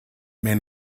man